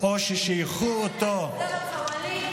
או ששייכו אותו, צר לי לאכזב אותך, ווליד.